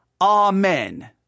amen